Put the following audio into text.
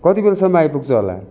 कति बेलासम्म आइपुग्छ होला